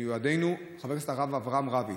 מיודענו חבר הכנסת הרב אברהם רביץ,